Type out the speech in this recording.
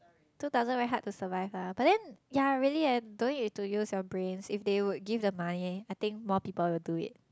two thousand very hard to survive lah but then yea really leh don't need to use your brains if they would give the money I think more people would do it